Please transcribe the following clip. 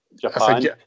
Japan